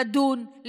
לדון,